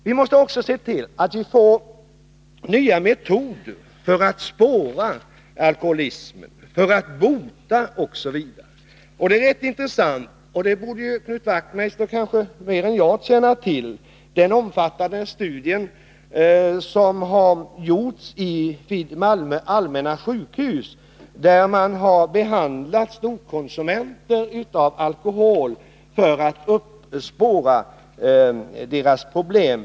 Vi måste också se till att vi får nya metoder för att spåra alkoholism, för att bota den osv. En rätt intressant sak, som Knut Wachtmeister borde känna till bättre än jag, är den omfattande studie som har gjorts vid Malmö allmänna sjukhus, där man har behandlat storkonsumenter av alkohol för att spåra deras problem.